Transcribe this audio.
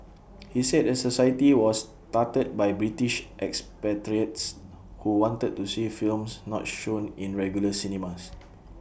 he said the society was started by British expatriates who wanted to see films not shown in regular cinemas